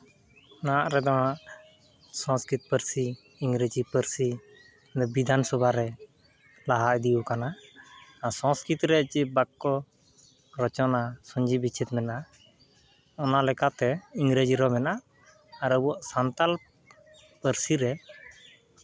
ᱱᱟᱦᱟᱜ ᱨᱮᱫᱚ ᱥᱚᱝᱥᱠᱨᱤᱛ ᱯᱟᱹᱨᱥᱤ ᱤᱝᱨᱮᱹᱡᱤ ᱯᱟᱹᱨᱥᱤ ᱚᱱᱮ ᱵᱤᱫᱷᱟᱱ ᱥᱚᱵᱷᱟ ᱨᱮ ᱞᱟᱦᱟ ᱤᱫᱤᱣᱟᱠᱟᱱᱟ ᱟᱨ ᱥᱚᱝᱥᱠᱨᱤᱛ ᱨᱮ ᱪᱮᱫ ᱵᱟᱠᱠᱚ ᱨᱚᱪᱚᱱᱟ ᱥᱚᱱᱫᱤᱵᱤᱪᱪᱷᱮᱫ ᱢᱮᱱᱟᱜᱼᱟ ᱚᱱᱟᱞᱮᱠᱟᱛᱮ ᱤᱝᱨᱮᱹᱡᱤ ᱨᱮᱦᱚᱸ ᱢᱮᱱᱟᱜᱼᱟ ᱟᱨ ᱟᱵᱚᱣᱟᱜ ᱥᱟᱱᱛᱟᱞ ᱯᱟᱹᱨᱥᱤ ᱨᱮ